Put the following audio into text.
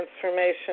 transformation